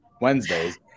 wednesdays